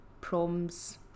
proms